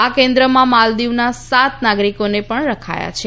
આ કેન્દ્રમાં માલદીવના સાત નાગરિકોને પણ રખાયા છે